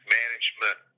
management